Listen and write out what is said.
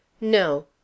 No